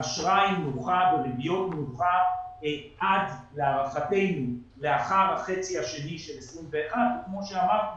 אשראי נוחה בריבית נוחה עד להערכתנו לאחר החצי השני של 2021. כמו שאמרתי,